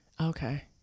Okay